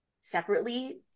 separately